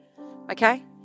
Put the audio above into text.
okay